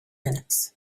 minutes